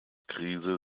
krise